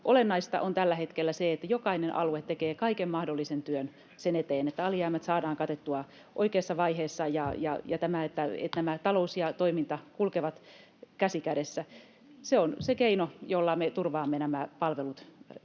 olennaista on tällä hetkellä se, että jokainen alue tekee kaiken mahdollisen työn sen eteen, että alijäämät saadaan katettua oikeassa vaiheessa. Se, että talous ja toiminta kulkevat käsi kädessä, on se keino, jolla me turvaamme nämä palvelut